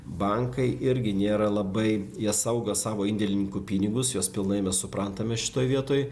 bankai irgi nėra labai jie saugo savo indėlininkų pinigus juos pilnai mes suprantame šitoj vietoj